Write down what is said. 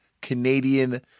Canadian